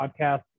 podcast